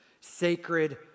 Sacred